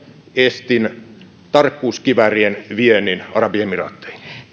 estin tarkkuuskiväärien viennin arabiemiraatteihin